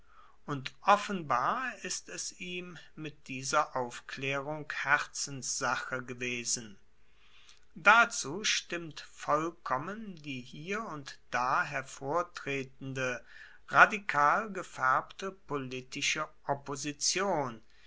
und offenbar ist es ihm mit dieser aufklaerung herzenssache gewesen dazu stimmt vollkommen die hier und da hervortretende radikal gefaerbte politische opposition